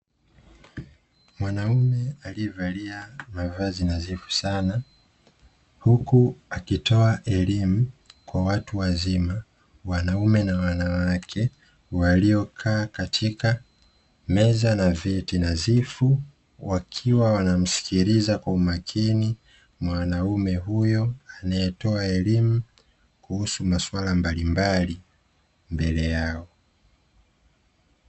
Mwanaume aliyevalia mavazi nadhifu sana, huku akitoa elimu kwa watu wazima wanaume na wanawake, waliokaa katika meza na viti nadhifu, wakiwa wanamsikiliza kwa umakini mwanamume huyo anayetoa elimu kuhusu masuala mbalimbali mbele yao.